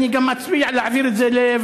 גם אצביע בעד להעביר את זה לוועדה,